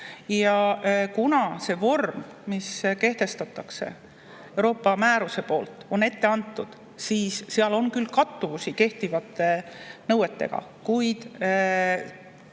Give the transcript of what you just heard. ja kuna see vorm, mis kehtestatakse Euroopa määrusega, on ette antud, siis seal on küll kattuvusi kehtivate nõuetega, kuid